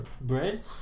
Bread